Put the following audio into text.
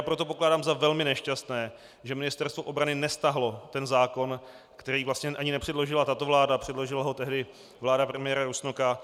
Proto pokládám za velmi nešťastné, že Ministerstvo obrany nestáhlo ten zákon, který vlastně ani nepředložila tato vláda, předložila ho tehdy vláda pana premiéra Rusnoka.